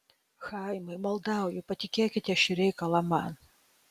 chaimai maldauju patikėkite šį reikalą man